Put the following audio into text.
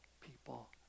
people